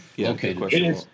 okay